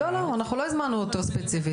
לא, לא אנחנו לא הזמנו אותו ספציפית.